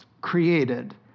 created